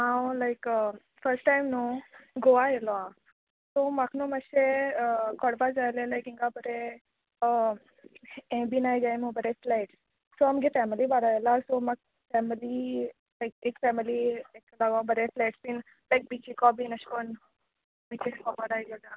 हांव like first time न्हय गोवा येयलो आसा सो म्हाका न्हय माश्शें कोळपा जाय आल्हें लायक हिंगां बरें यें बी आय गाय म्हू बरें फ्लॅट सो आमगे फॅमली बारा आयलां सो म्हाका फॅमली लायक एक फॅमली एका बरे फ्लॅट्स बी लायक बिचिको बी अशें करून बिचीस खबर आय जाल्यार